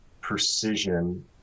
precision